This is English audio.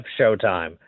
Showtime